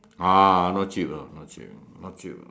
ah not cheap ah not cheap not cheap